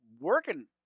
working